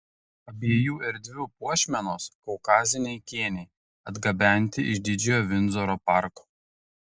abiejų erdvių puošmenos kaukaziniai kėniai atgabenti iš didžiojo vindzoro parko